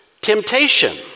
temptation